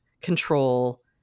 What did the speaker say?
control